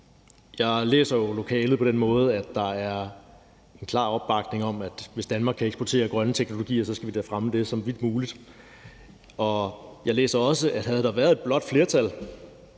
Jeg læser jo lokalet på den måde, at der er en klar opbakning til, at hvis Danmark kan eksportere grønne teknologier, skal vi da fremme det så vidt muligt. Jeg læser også, at havde der været et blåt flertal,